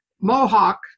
Mohawk